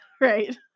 Right